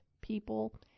people